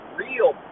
real